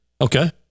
Okay